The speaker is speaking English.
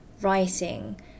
writing